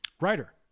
Writer